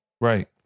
Right